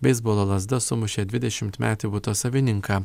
beisbolo lazda sumušė dvidešimtmetį buto savininką